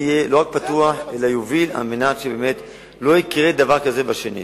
אני אהיה לא רק פתוח אלא גם אוביל כדי שלא יקרה דבר כזה בשנית.